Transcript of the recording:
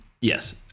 Yes